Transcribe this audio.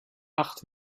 acht